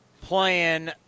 playing